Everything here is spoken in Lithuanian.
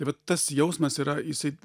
tai va tas jausmas yra jisai